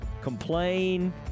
complain